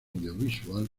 audiovisual